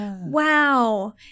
Wow